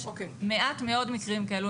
יש מעט מאוד מקרים כאלו.